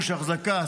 החזקה,